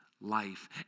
life